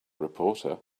reporter